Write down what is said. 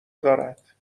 دارد